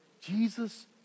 Jesus